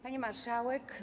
Pani Marszałek!